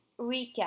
recap